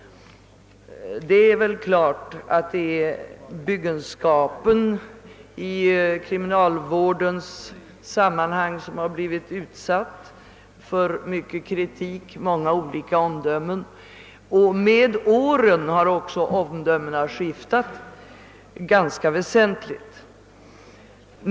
Byggenskapen inom kriminalvården har ju blivit utsatt för mycken kritik. Det har varit många olika omdömen, och under åren har också omdömena skiftat ganska väsentligt.